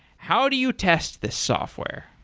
how do you test this software?